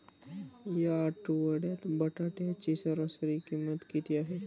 या आठवड्यात बटाट्याची सरासरी किंमत किती आहे?